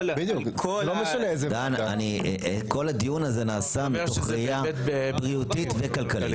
- כל הדיון הזה נעשה מראייה בריאותית וכלכלית.